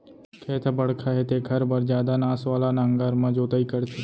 खेत ह बड़का हे तेखर बर जादा नास वाला नांगर म जोतई करथे